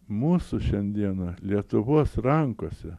mūsų šiandiena lietuvos rankose